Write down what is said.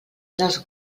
dels